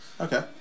Okay